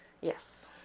yes